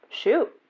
Shoot